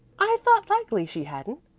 i thought likely she hadn't.